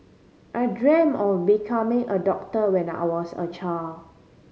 I dreamt of becoming a doctor when I was a child